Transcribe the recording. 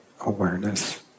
awareness